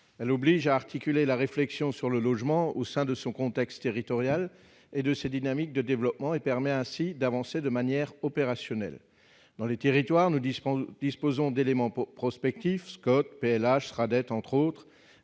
elle oblige à articuler la réflexion sur le logement au sein de son contexte territorial et de cette dynamique de développement et permet ainsi d'avancer de manière opérationnelle dans les territoires nous dispense disposant d'éléments pour prospectif Scott PLH Fradette entre autres,